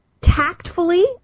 tactfully